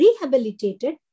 rehabilitated